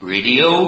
Radio